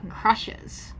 crushes